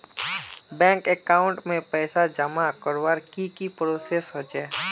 Bank account में पैसा जमा करवार की की प्रोसेस होचे?